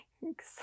thanks